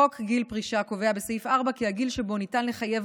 חוק גיל פרישה קובע בסעיף 4 כי הגיל שבו ניתן לחייב